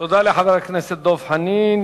תודה לחבר הכנסת דב חנין.